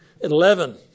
Eleven